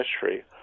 history